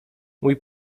mój